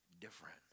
different